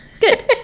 Good